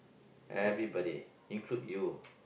everybody include you